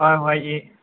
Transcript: ꯍꯣꯏ ꯍꯣꯏ